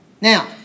Now